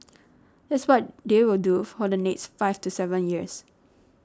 that's what they will do for the next five to seven years